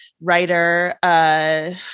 writer